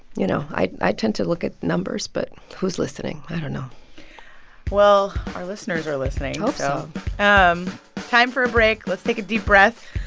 you know, i i tend to look at numbers. but who's listening? i don't know well, our listeners are listening i hope so um time for a break. let's take a deep breath.